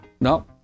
no